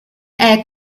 air